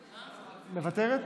מוותרת,